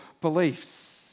beliefs